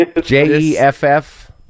J-E-F-F